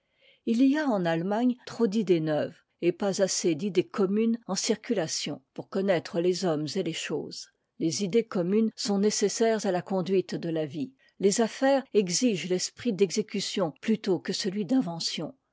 il y a en allemagne trop d'idées neuves et pas assez d'idées communes en circulation pour connaître les hommes et les choses les idées communes sont nécessaires à la conduite de la vie les affaires exigent l'esprit d'exécution plutôt que celui d'invention